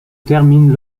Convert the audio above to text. termine